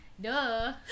Duh